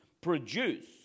produce